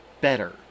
better